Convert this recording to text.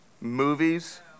movies